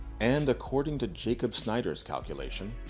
and according to jacob snyder's calculation,